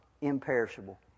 imperishable